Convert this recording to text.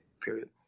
period